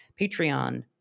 Patreon